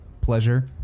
pleasure